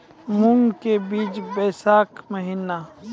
मूंग के बीज बैशाख महीना